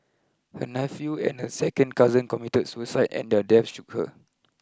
her nephew and a second cousin committed suicide and their deaths shook her